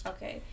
Okay